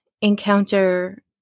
encounter